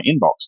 inbox